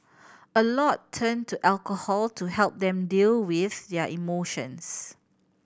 a lot turn to alcohol to help them deal with their emotions